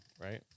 right